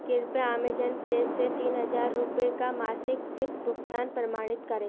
कृपया Amazon pay से तीन हज़ार रुपये का मासिक सिप भुगतान प्रमाणित करें